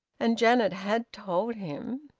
and janet had told him.